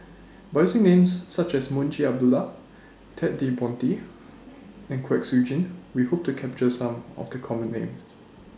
By using Names such as Munshi Abdullah Ted De Ponti and Kwek Siew Jin We Hope to capture Some of The Common Names